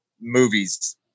movies